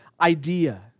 idea